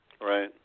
Right